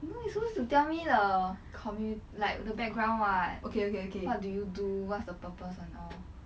no you supposed to tell me the community like the background [what] what do you do what's the purpose and all